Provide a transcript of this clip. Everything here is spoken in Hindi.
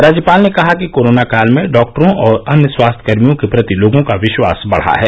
राज्यपाल ने कहा कि कोरोनाकाल में डॉक्टरों और अन्य स्वास्थ्यकर्मियों के प्रति लोगों का विश्वास बढ़ा है